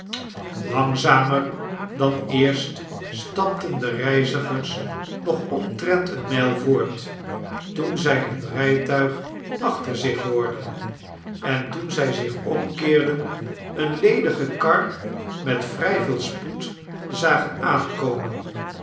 langzamer dan eerst stapten de reizigers nog omtrent eene mijl voort toen zij een rijtuig achter zich hoorden en toen zij zieh omkeerden eene ledige kar met vrij veel spoed zagen aankomen